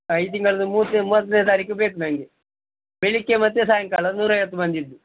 ಈ ತಿಂಗಳಿದ್ದು ಮೂವತ್ತನೇ ತಾರೀಕು ಬೇಕು ನನಗೆ ಬೆಳಗ್ಗೆ ಮತ್ತು ಸಾಯಂಕಾಲ ನೂರೈವತ್ತು ಮಂದಿಯದ್ದು